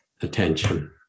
attention